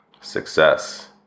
success